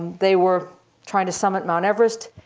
they were trying to summit mount everest.